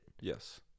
Yes